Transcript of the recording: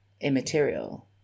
immaterial